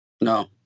No